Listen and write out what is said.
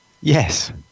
Yes